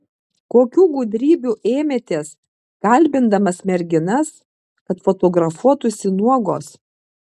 kokių gudrybių ėmėtės kalbindamas merginas kad fotografuotųsi nuogos